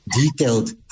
detailed